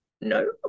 No